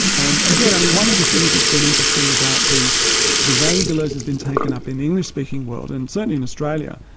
and again, only one of the things that's been interesting about the the way deleuze has been taken up in the english-speaking world, and certainly in australia,